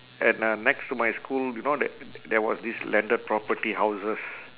at uh next to my school you know there there was this landed property houses